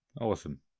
Awesome